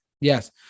Yes